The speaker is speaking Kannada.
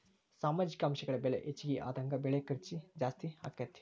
ಸಾಮಾಜಿಕ ಅಂಶಗಳ ಬೆಲೆ ಹೆಚಗಿ ಆದಂಗ ಬೆಳಿ ಖರ್ಚು ಜಾಸ್ತಿ ಅಕ್ಕತಿ